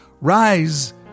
rise